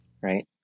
right